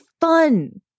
fun